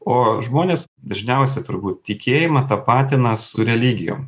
o žmonės dažniausia turbūt tikėjimą tapatina su religijom